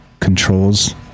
Controls